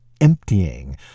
emptying